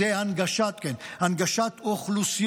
זה הנגשת אוכלוסיות.